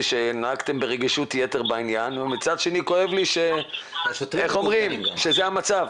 שנהגתם ברגישות יתר בעניין ומצד שני כואב לי שזה המצב.